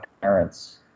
parents